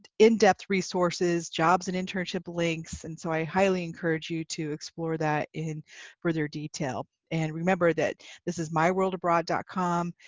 and in depth resources, jobs and internship links, and so i highly encourage you to explore that in further detail, and remember that this is myworldabroad com